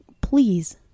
Please